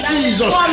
Jesus